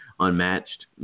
unmatched